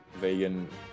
Vegan